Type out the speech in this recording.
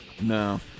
No